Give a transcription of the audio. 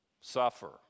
suffer